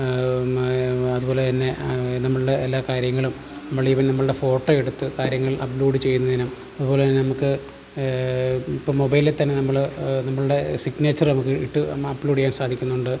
അതുപോലെ തന്നെ നമ്മളുടെ എല്ലാ കാര്യങ്ങളും നമ്മളുടെ ഈവൻ നമ്മളുടെ ഫോട്ടോ എടുത്ത് കാര്യങ്ങൾ അപ്ലോഡ് ചെയ്യുന്നതിനും അതുപോലെതന്നെ നമുക്ക് ഇപ്പം മൊബൈലിൽ തന്നെ നമ്മൾ നമ്മളുടെ സിഗ്നേച്ചറ് നമുക്ക് ഇട്ടു നമ്മൾ അപ്ലോഡ് ചെയ്യാൻ സാധിക്കുന്നുണ്ട്